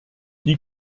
die